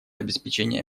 обеспечения